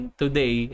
today